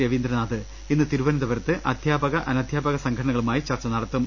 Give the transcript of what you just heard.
രവീന്ദ്രനാഥ് ഇന്ന് തിരുവനന്തപുരത്ത് അധ്യാപക അനധ്യാപക സംഘടനകളുമായി ചർച്ച നടത്തും